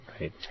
right